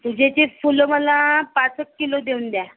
पूजेचेच फुलं मला पाचच किलो देऊन द्या